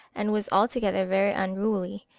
and was altogether very unruly.